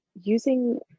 using